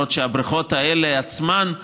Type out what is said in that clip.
הבריכות האלה עצמן,